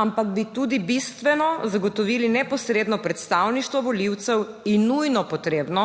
ampak bi tudi bistveno zagotovili neposredno predstavništvo volivcev in nujno potrebno